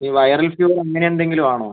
ഈ viral fever അങ്ങനെ എന്തെങ്കിലും ആണോ